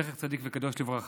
זכר צדיק וקדוש לברכה.